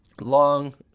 Long